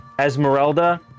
Esmeralda